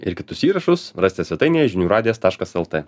ir kitus įrašus rasite svetainėje žinių radijas taškas lt